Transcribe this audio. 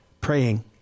praying